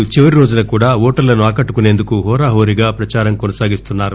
నేదు చివరి రోజున కూడా ఓటర్లను ఆకట్లుకునేందుకు హెూరాహెూరీగా ప్రపచారం సాగిస్తున్నారు